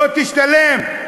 לא תשתלם.